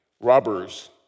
robbers